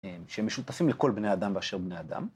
שמשותפים לכל בני אדם באשר הם בני אדם.